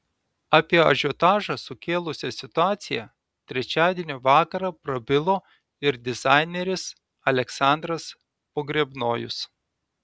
apie ažiotažą sukėlusią situaciją trečiadienio vakarą prabilo ir dizaineris aleksandras pogrebnojus